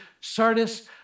Sardis